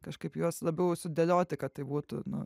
kažkaip juos labiau sudėlioti kad tai būtų nu